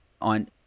on